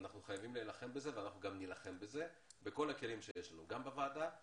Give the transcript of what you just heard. אנחנו חייבים להילחם בה ואנחנו נילחם בה בכל הכלים שעומדים לרשותנו,